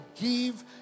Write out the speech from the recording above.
give